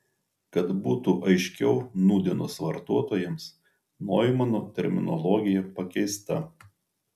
kad būtų aiškiau nūdienos vartotojams noimano terminologija pakeista